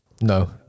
no